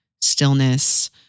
stillness